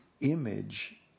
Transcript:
image